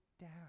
down